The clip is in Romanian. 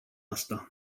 asta